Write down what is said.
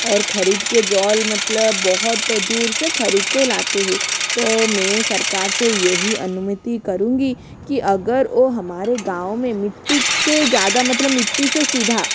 और खरीद के जल मतलब बहुत दूर से खरीद को लाते है तो मैं सरकार से यही अनुमति करूंगी कि अगर ओ हमारे गाँव मे मिट्टी से ज़्यादा मतलब मिट्टी से सीधा